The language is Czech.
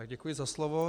Děkuji za slovo.